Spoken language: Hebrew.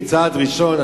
כצעד ראשון.